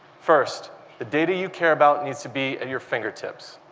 first, the data you care about needs to be at your fingerprints.